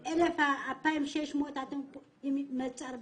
2,600, אם הוא יוצא,